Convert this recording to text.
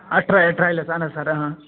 آ trial trial اَہَن حظ سَر